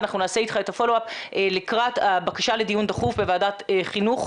ואנחנו נעשה איתך את הפולו-אפ לקראת הבקשה לדיון דחוף בוועדת חינוך,